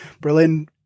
Berlin